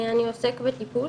אני עוסק בטיפוס,